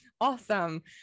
awesome